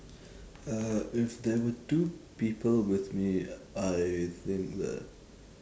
uh if there were two people with me I think that